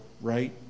right